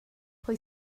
pwy